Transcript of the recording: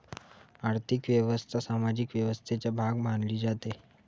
आर्थिक व्यवस्था सामाजिक व्यवस्थेचा भाग मानली जाते